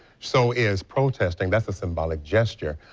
so is protesting. that's a symbolic gesture.